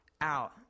out